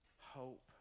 Hope